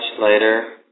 later